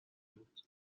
بود